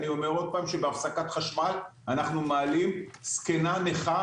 בהפסקת חשמל אנחנו מעלים שבע קומות זקנה נוחה